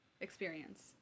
experience